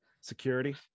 security